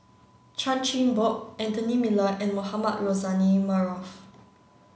Chan Chin Bock Anthony Miller and Mohamed Rozani Maarof